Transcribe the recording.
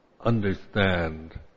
understand